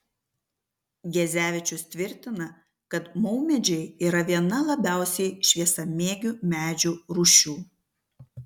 gezevičius tvirtina kad maumedžiai yra viena labiausiai šviesamėgių medžių rūšių